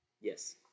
Yes